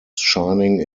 shining